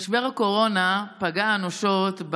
משבר הקורונה פגע אנושות,